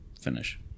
finish